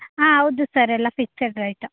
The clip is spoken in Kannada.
ಹಾಂ ಹೌದು ಸರ್ ಎಲ್ಲ ಫಿಕ್ಸಡ್ ರೇಟು